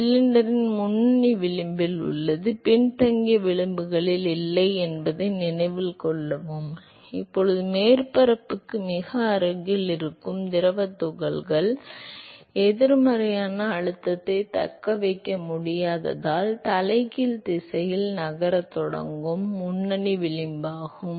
எனவே இது சிலிண்டரின் முன்னணி விளிம்பில் உள்ளது பின்தங்கிய விளிம்புகளில் இல்லை என்பதை நினைவில் கொள்ளவும் இப்போது மேற்பரப்புக்கு மிக அருகில் இருக்கும் திரவத் துகள்கள் எதிர்மறையான அழுத்தத்தைத் தக்கவைக்க முடியாததால் தலைகீழ் திசையில் நகரத் தொடங்கும் முன்னணி விளிம்பாகும்